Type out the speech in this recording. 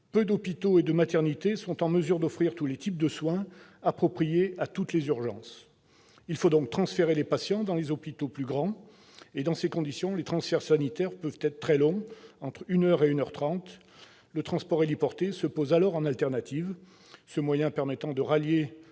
peu d'hôpitaux et de maternités sont en mesure d'offrir tous les types de soins appropriés à toutes les urgences. Il faut donc transférer les patients dans des hôpitaux plus grands. Dans ces conditions, les transferts sanitaires peuvent être très longs, et durer entre une heure et une heure trente. Le transport héliporté se pose alors en alternative, ce moyen permettant de relier